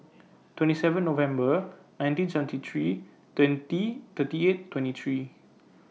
twenty seven November nineteen seventy three twenty thirty eight twenty three